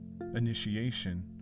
initiation